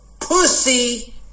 pussy